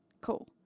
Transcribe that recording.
Cool